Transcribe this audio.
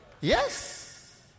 Yes